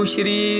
Shri